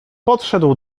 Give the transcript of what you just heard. podszedł